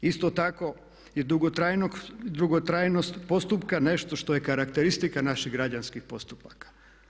Isto tako i dugotrajnost postupka je nešto što je karakteristika naših građanskih postupaka.